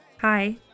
Hi